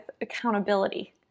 accountability